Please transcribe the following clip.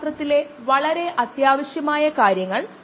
പിന്നെ നമ്മൾ മറ്റ് ഉദാഹരണങ്ങൾ നോക്കി